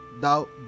thou